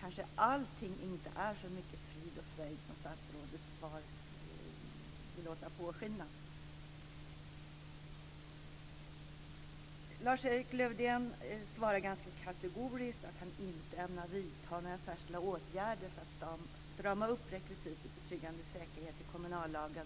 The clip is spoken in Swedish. kanske allting inte är så frid och fröjd som statsrådets svar vill låta påskina. Lars-Erik Lövdén svarar ganska kategoriskt att han inte ämnar vidta några särskilda åtgärder för att strama upp rekvisitet betryggande säkerhet i kommunallagen.